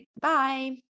bye